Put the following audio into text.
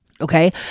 Okay